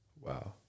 Wow